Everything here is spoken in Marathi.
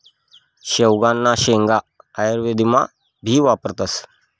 शेवगांना शेंगा आयुर्वेदमा भी वापरतस